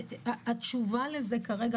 התשובה לזה כרגע,